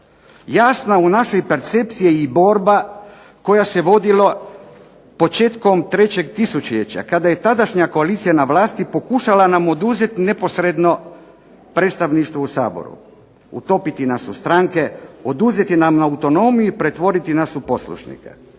Jasna u našoj percepciji je i borba koja se vodila početkom 3. tisućljeća, kada je tadašnja koalicija na vlasti pokušala nam oduzeti neposredno predstavništvo u Saboru, utopiti nas u stranke, oduzeti nam autonomiju i pretvoriti nas u poslušnike.